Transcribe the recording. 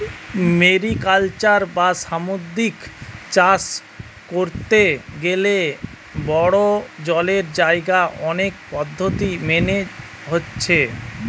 mariculture বা সামুদ্রিক চাষ কোরতে গ্যালে বড়ো জলের জাগায় অনেক পদ্ধোতি মেনে হচ্ছে